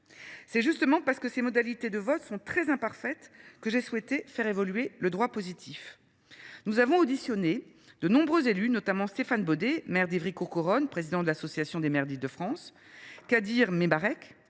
C’est justement parce que ces modalités de vote sont très imparfaites que j’ai souhaité faire évoluer le droit positif. Nous avons auditionné de nombreux élus, notamment Stéphane Beaudet, maire d’Évry Courcouronnes, président de l’Association des maires de l’Île de France (Amif), Kadir Mebarek,